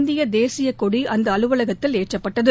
இந்திய தேசிய கொடி அந்த அலுவலகத்தில் ஏற்றப்பட்டது